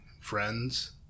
friends